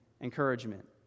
encouragement